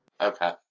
Okay